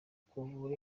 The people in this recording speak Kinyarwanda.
kugura